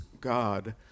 God